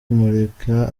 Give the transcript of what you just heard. kumurika